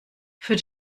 für